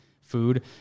food